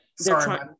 Sorry